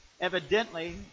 Evidently